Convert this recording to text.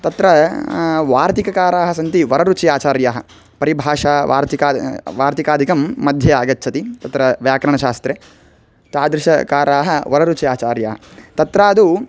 तत्र वार्तिककाराः सन्ति वररुचि आचार्याः परिभाषा वार्तिकादि वार्तिकादिकं मध्ये आगच्छति तत्र व्याकरणशास्त्रे तादृशकाराः वररुचि आचार्याः तत्रादौ